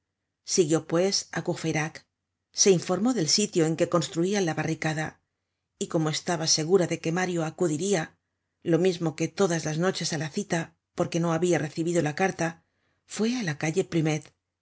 siguió pues á courfeyrac se informó del sitio en que construian la barricada y como estaba segura de que mario acudiria lo mismo que todas las noches á la cita porque no habia recibido la carta fué á la calle plumet